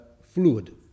fluid